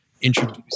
introduce